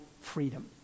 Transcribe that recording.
freedom